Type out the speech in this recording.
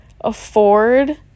afford